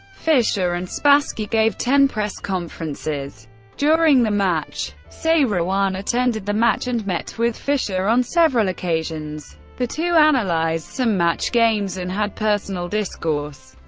fischer and spassky gave ten press conferences during the match. seirawan attended the match and met with fischer on several occasions the two analyzed some match games and had personal discourse.